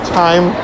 time